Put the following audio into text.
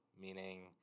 meaning